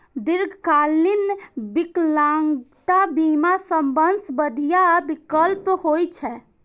दीर्घकालीन विकलांगता बीमा सबसं बढ़िया विकल्प होइ छै